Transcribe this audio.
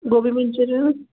Gobi Manchurian